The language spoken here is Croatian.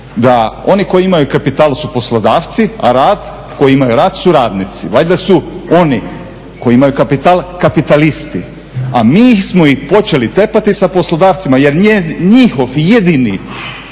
da oni koji imaju kapital su poslodavci, a koji imaju rad su radnici? Valjda su oni koji imaju kapital kapitalisti, a mi smo im počeli tepati sa poslodavcima. Jer njihova jedina